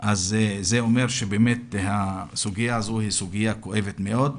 זה אומר שהסוגיה הזאת היא סוגיה כואבת מאוד.